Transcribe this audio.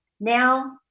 Now